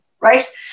right